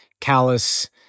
callous